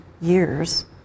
years